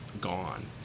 gone